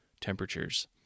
temperatures